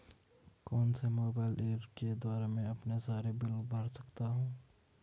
कौनसे mobile apps के द्वारा मैं अपने सारे बिल भर सकता हूं?